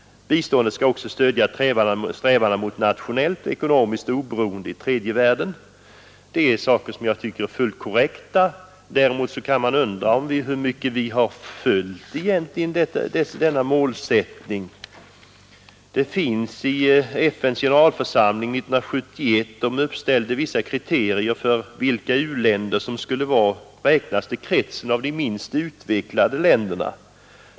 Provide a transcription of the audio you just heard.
Biståndet skall också stödja strävandena mot nationellt och ekonomiskt oberoende i tredje världen.” Detta är uttalanden som jag tycker är fullt korrekta. Däremot kan man undra hur mycket vi egentligen har fullföljt denna målsättning. FN:s generalförsamling uppställde 1971 vissa kriterier för vilka u-länder som skall räknas till kretsen av minst utvecklade länder.